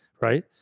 right